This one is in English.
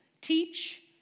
teach